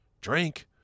drink